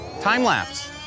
Time-lapse